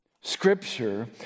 Scripture